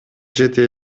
жете